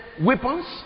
weapons